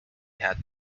had